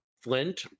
flint